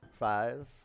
Five